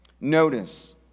Notice